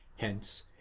hence